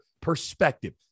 perspective